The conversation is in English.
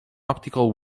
optical